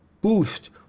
boost